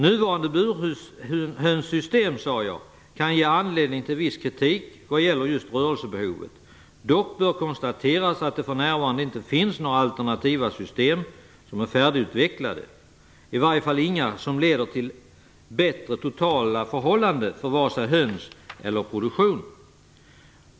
Nuvarande burhönssystem kan ge anledning till viss kritik vad gäller rörelsebehovet. Dock bör konstateras att det för närvarande inte finns några alternativa system färdigutvecklade, i varje fall inte som leder till bättre totalförhållanden för vare sig höns eller produktion."